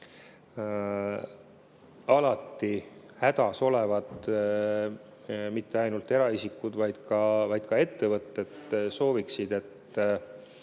et hädas olevad mitte ainult eraisikud, vaid ka ettevõtjad sooviksid, et